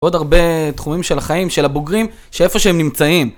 עוד הרבה תחומים של החיים של הבוגרים, שאיפה שהם נמצאים.